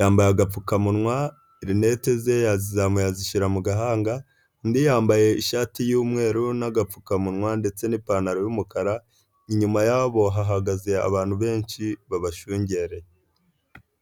yambaye agapfukamunwa, rinete ze yazizamuye azishyira mu gahanga, undi yambaye ishati y'umweru n'agapfukamunwa ndetse n'ipantaro y'umukara, inyuma yabo hahagaze abantu benshi babashungereye.